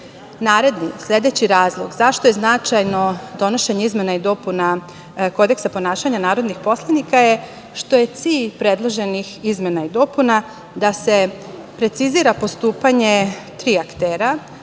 Kodeksa. Naredni, sledeći razlog zašto je značajno donošenje izmena i dopuna Kodeksa ponašanja narodnih poslanika je što je cilj predloženih izmena i dopuna da se precizira postupanje tri aktera,